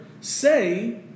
say